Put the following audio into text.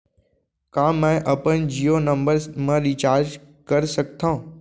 का मैं अपन जीयो नंबर म रिचार्ज कर सकथव?